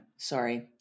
Sorry